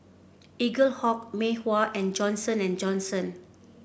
Eaglehawk Mei Hua and Johnson And Johnson